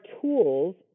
tools